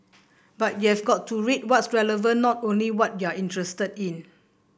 but you have got to read what's relevant not only what you're interested in